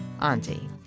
Auntie